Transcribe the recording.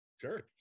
Sure